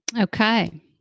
Okay